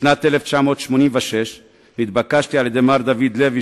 בשנת 1986 נתבקשתי על-ידי מר דוד לוי,